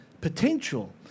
potential